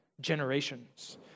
generations